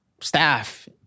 staff